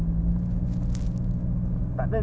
ke kuat ohm